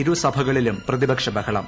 ഇരുസഭകളിലും പ്രതിപക്ഷ ബഹളം